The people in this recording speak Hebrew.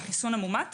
בכיסוי המאומת.